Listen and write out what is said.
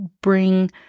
bring